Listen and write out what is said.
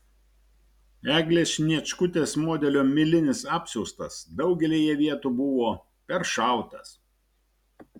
eglės sniečkutės modelio milinis apsiaustas daugelyje vietų buvo peršautas